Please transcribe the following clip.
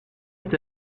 est